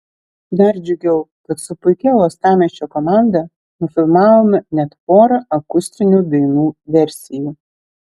dar džiugiau kad su puikia uostamiesčio komanda nufilmavome net porą akustinių dainų versijų